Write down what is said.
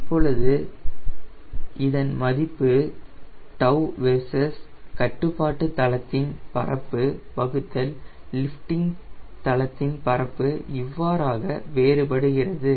இப்பொழுது இன் மதிப்பு 𝜏 வெர்சஸ் கட்டுப்பாட்டுத் தளத்தின் பரப்பு வகுத்தல் லிஃப்டிங் தளத்தின் பரப்பு இவ்வாறாக வேறுபடுகிறது